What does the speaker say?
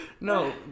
no